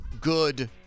good